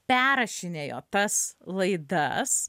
perrašinėjo tas laidas